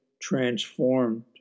transformed